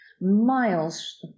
miles